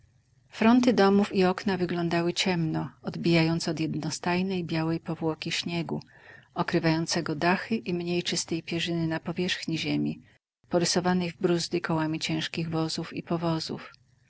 fronty domów i okna wyglądały ciemno odbijając od jednostajnej białej powłoki śniegu okrywającego dachy i mniej czystej pierzyny na powierzchni ziemi porysowanej w brózdy kołami ciężkich wozów i powozów